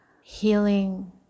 healing